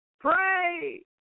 Pray